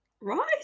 Right